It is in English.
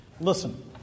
Listen